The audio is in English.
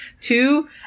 two